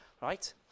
Right